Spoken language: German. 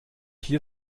hier